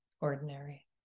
ordinary